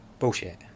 Bullshit